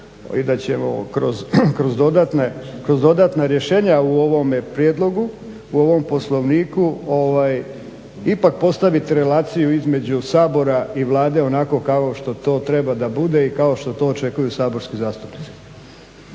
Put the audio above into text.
i da ćemo kroz dodatna rješenja u ovome prijedlogu u ovom Poslovniku ipak postaviti relaciju između Sabora i Vlade onako kao što to treba da bude i kao što to očekuju saborski zastupnici.